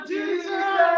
Jesus